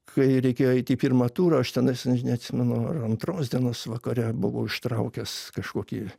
kai reikėjo eit į pirmą turą aš tenais aš neatsimenu ar antros dienos vakare buvau ištraukęs kažkokį